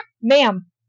Ma'am